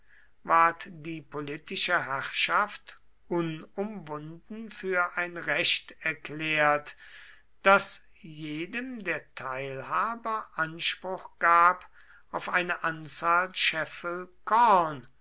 ward die politische herrschaft unumwunden für ein recht erklärt das jedem der teilhaber anspruch gab auf eine anzahl scheffel korn